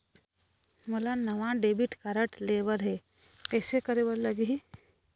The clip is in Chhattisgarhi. मोला नावा डेबिट कारड लेबर हे, कइसे करे बर लगही?